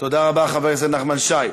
תודה רבה, חבר הכנסת נחמן שי.